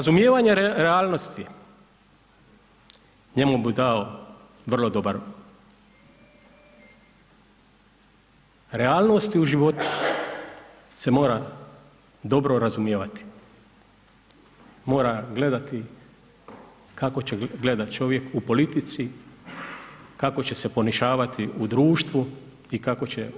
Razumijevanje realnosti njemu bi dao vrlo dobar, realnosti u životu se mora dobro razumijevati mora gledati kako će gledat čovjek u politici, kako će se ponižavati u društvu i kako će